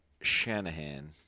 shanahan